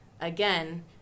again